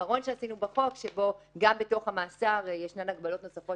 האחרון שעשינו בחוק שבו גם בתוך המאסר ישנן הגבלות נוספות